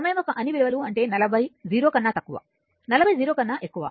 సమయం యొక్క అన్ని విలువలు అంటే 40 0 కన్నాతక్కువ 40 0 కన్నా ఎక్కువ